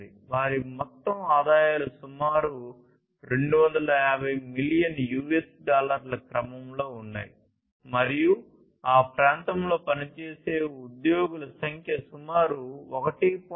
వారి మొత్తం ఆదాయాలు సుమారు 250 బిలియన్ యుఎస్ డాలర్ల క్రమంలో ఉన్నాయి మరియు ఆ ప్రాంతంలో పనిచేసే ఉద్యోగుల సంఖ్య సుమారు 1